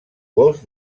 golf